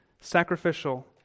sacrificial